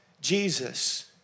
Jesus